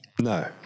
No